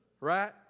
Right